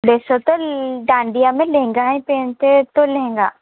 वैसे तो डांडिआ में लहंगा ही पहनते है तो लहँगा